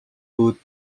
would